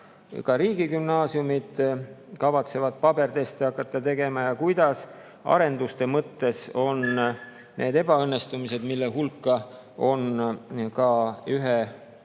ka riigigümnaasiumid kavatsevad paberteste hakata tegema. Ja kuidas arenduste mõttes on need ebaõnnestumised, mille hulka on